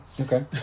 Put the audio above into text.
Okay